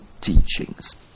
teachings